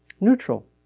neutral